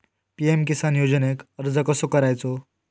PM Kisan योजनेक अर्ज कसो करायचो?